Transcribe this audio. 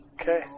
Okay